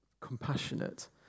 compassionate